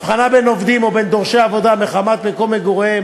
הבחנה בין עובדים או בין דורשי עבודה מחמת מקום מגוריהם